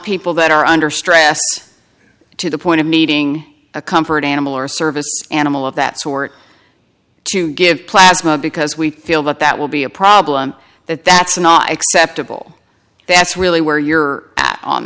people that are under stress to the point of needing a comfort animal or service animal of that sort to give plasma because we feel that that will be a problem that that's not acceptable that's really where you're at on